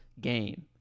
game